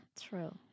True